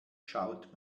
schaut